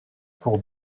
pour